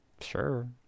sure